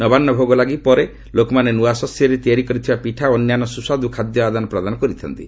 ନବାନୁ ଭୋଗ ଲାଗି ପରେ ଲୋକମାନେ ନୂଆ ଶସ୍ୟରେ ତିଆରି କରିଥିବା ପିଠା ଓ ଅନ୍ୟାନ୍ୟ ସୁସ୍ୱାଦ୍ ଖାଦ୍ୟ ଆଦାନ ପ୍ରଦାନ କରିଥା'ନ୍ତି